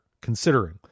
considering